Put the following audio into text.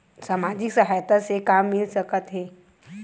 सामाजिक सहायता से का मिल सकत हे?